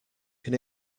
can